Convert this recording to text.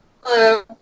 Hello